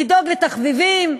לדאוג לתחביבים,